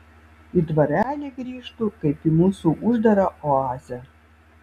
į dvarelį grįžtu kaip į mūsų uždarą oazę